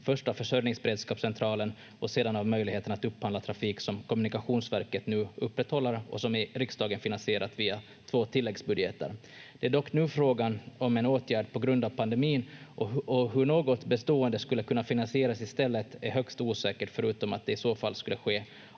först av Försörjningsberedskapcentralen och sedan av möjligheten att upphandla trafik som kommunikationsverket nu upprätthåller och som i riksdagen finansierats via två tilläggsbudgetar. Det är dock nu frågan om en åtgärd på grund av pandemin, och hur något bestående skulle kunna finansieras i stället är högst osäkert, förutom att det i så fall skulle se